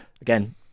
again